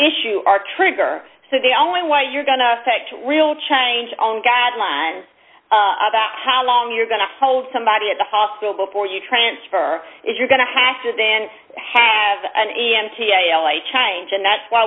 issue are trigger so the only way you're going to affect real change on guidelines about how long you're going to hold somebody at the hospital before you transfer is you're going to have to then have an e m t l i change and that's why